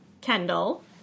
Kendall